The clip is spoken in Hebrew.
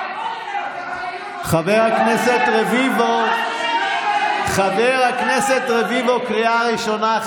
חבר הכנסת רביבו, חבר הכנסת רביבו, קריאה ראשונה.